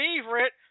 favorite